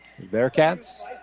Bearcats